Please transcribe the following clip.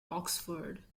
oxford